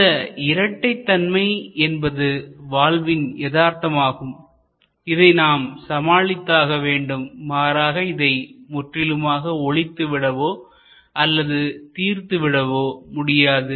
இந்த இரட்டைத்தன்மை என்பது வாழ்வின் யதார்த்தம் ஆகும் இதை நாம் சமாளித்தாக வேண்டும் மாறாக இதை முற்றிலுமாக ஒழித்து விடவோ அல்லது தீர்த்து விடவோ முடியாது